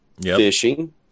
fishing